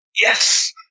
Yes